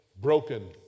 broken